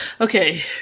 Okay